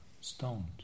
stoned